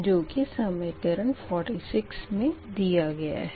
जो कि समीकरण 46 मे दिया गया है